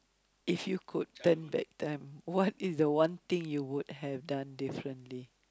if you could turn back time what is the one thing you would have done differently